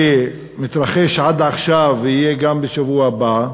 שמתרחש עד עכשיו ויהיה גם בשבוע הבא,